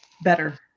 better